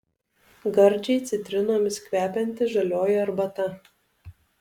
gardžiai citrinomis kvepianti žalioji arbata